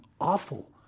awful